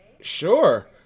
sure